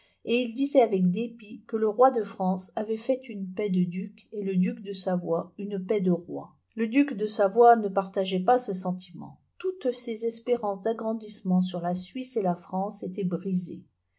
et il disait avec dépit que le roi de france avait fait une paix de duc et le duc de savoie une paix de roi le duc do savoie ne partageait pas ce sentiment toutes ses espérances d'agrandissement sur la suisse et la france étaient brisées